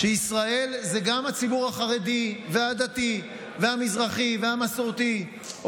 שישראל זה גם הציבור החרדי והדתי והמזרחי והמסורתי,